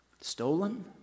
stolen